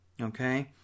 Okay